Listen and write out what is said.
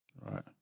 Right